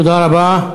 תודה רבה.